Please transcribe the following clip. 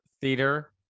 theater